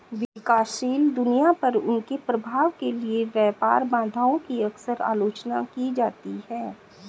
विकासशील दुनिया पर उनके प्रभाव के लिए व्यापार बाधाओं की अक्सर आलोचना की जाती है